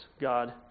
God